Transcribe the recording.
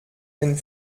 den